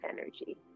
energy